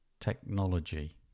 technology